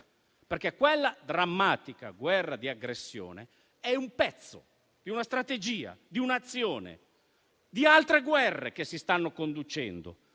perché quella drammatica guerra di aggressione è un pezzo di una strategia, di un'azione di altre guerre che si stanno conducendo: